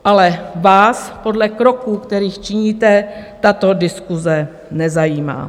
Ale vás podle kroků, které činíte, tato diskuse nezajímá.